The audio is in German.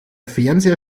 fernseher